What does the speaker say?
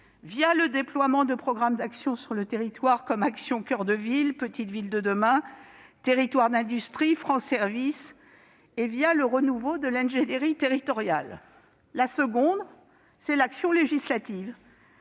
le déploiement de programmes d'action sur le territoire comme Action coeur de ville, Petites Villes de demain, Territoires d'industrie, France Services, et le renouveau de l'ingénierie territoriale. La seconde est l'action législative